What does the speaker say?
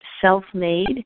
self-made